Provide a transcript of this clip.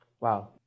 Wow